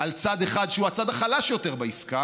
על צד אחד, שהוא הצד החלש יותר בעסקה,